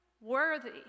worthy